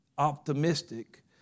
optimistic